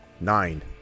nine